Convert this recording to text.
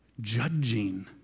judging